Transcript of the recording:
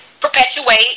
perpetuate